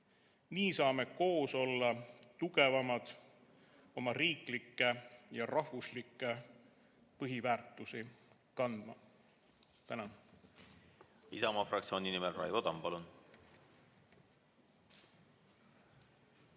Nii saame koos olla tugevamad oma riiklikke ja rahvuslikke põhiväärtusi kandma. Tänan!